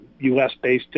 U.S.-based